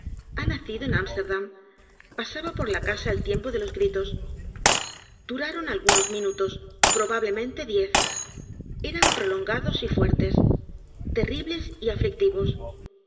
s a b a por la casa al tiempo de los gritos duraron algunos minutos probablemente diez e r a n prolongados y fuertes terribles y aflictivos